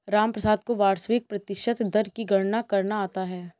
रामप्रसाद को वार्षिक प्रतिशत दर की गणना करना आता है